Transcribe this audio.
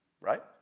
right